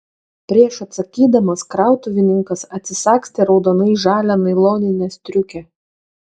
prieš atsakydamas krautuvininkas atsisagstė raudonai žalią nailoninę striukę